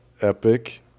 epic